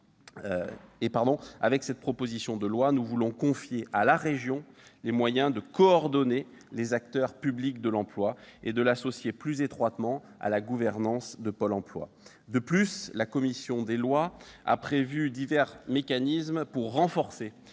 Avec cette proposition de loi, nous voulons donner à la région les moyens de coordonner les acteurs publics de l'emploi et l'associer plus étroitement à la gouvernance de Pôle emploi. De plus, la commission des lois a prévu divers mécanismes pour renforcer